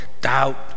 doubt